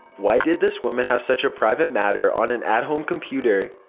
why did this woman have such a private matter on an at-home computer?